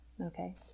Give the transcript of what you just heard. Okay